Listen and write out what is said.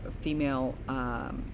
female